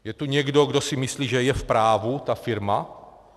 Je tu někdo, kdo si myslí, že je v právu ta firma?